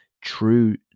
true